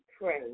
pray